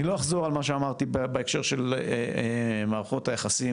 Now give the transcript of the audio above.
אני לא אחזור על מה שאמרתי בהקשר של מערכות היחסים,